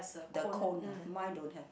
the cone ah mine don't have